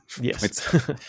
Yes